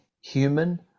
human